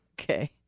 Okay